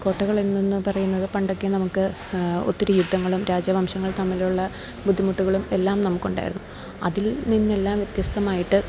കോട്ടകളെന്ന് പറയുന്നത് പണ്ടൊക്കെ നമുക്ക് ഒത്തിരി യുദ്ധങ്ങളും രാജ്യവംശങ്ങൾ തമ്മിലുള്ള ബുദ്ധിമുട്ടുകളും എല്ലാം നമുക്കുണ്ടായിരുന്നു അതിൽ നിന്നെല്ലാം വ്യത്യസ്തമായിട്ട്